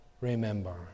remember